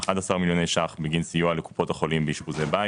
11 מיליוני שקלים נוצרו בגין סיוע לקופות החולים באשפוזי בית,